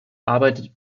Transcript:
arbeitet